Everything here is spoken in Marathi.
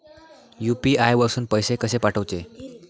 यू.पी.आय वरसून पैसे कसे पाठवचे?